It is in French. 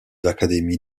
académies